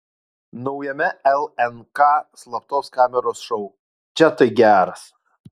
naujame lnk slaptos kameros šou čia tai geras